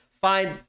find